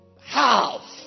half